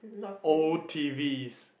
old T_Vs